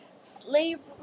slavery